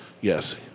yes